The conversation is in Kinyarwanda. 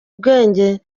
ubwenge